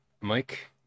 Mike